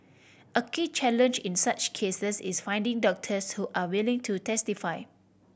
a key challenge in such cases is finding doctors who are willing to testify